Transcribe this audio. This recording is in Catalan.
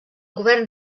govern